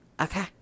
okay